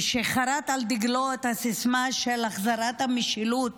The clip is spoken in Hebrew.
חרת על דגלו את הסיסמה של החזרת המשילות,